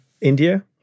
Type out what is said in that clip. India